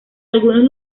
algunos